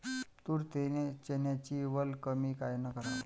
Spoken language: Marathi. तूर, चन्याची वल कमी कायनं कराव?